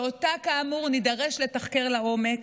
שאותה כאמור נידרש לתחקר לעומק,